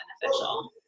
beneficial